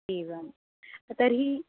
एवं तर्हि